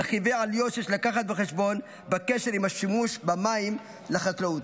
רכיבי עלויות שיש לקחת בחשבון בקשר עם השימוש במים לחקלאות,